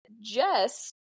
jess